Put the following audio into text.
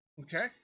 Okay